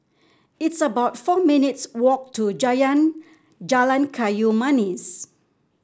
it's about four minutes' walk to Jalan Kayu Manis